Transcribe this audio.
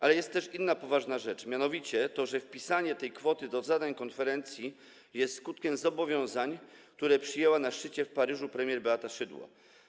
Ale jest też inna poważna rzecz, a mianowicie taka, że wpisanie tej kwoty do zadań konferencji jest skutkiem zobowiązań, które przyjęła na szczycie w Paryżu premier Beata Szydło.